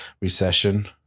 recession